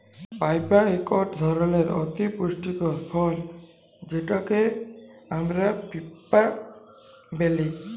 papaya ইকট ধরলের অতি পুষ্টিকর ফল যেটকে আমরা পিঁপা ব্যলি